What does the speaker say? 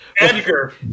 Edgar